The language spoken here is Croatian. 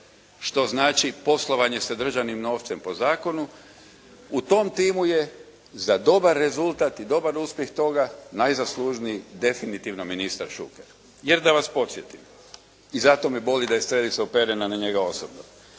što znači poslovanje sa državnim novcem po zakonu u tom timu je za dobar rezultat i dobar uspjeh toga najzaslužniji definitivno ministar Šuker. Jer da vas podsjetim i zato me boli da je strelica uperena na njega osobno.